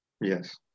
Yes